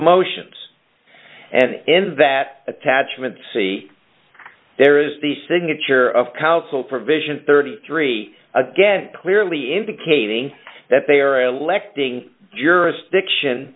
motions and in that attachment see there is the signature of counsel provision thirty three again clearly indicating that they are electing jurisdiction